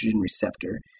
receptor